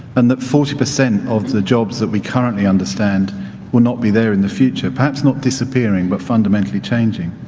and that forty percent of the jobs that we currently understand will not be there in the future, perhaps not disappearing but fundamentally changing.